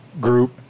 group